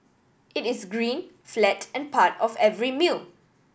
it is green flat and part of every meal